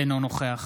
אינו נוכח